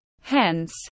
Hence